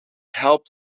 help